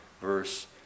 verse